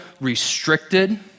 restricted